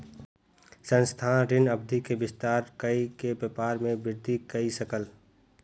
संस्थान, ऋण अवधि के विस्तार कय के व्यापार में वृद्धि कय सकल